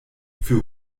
für